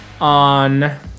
on